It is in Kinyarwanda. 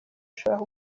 ashobora